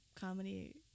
comedy